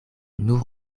nur